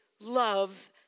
love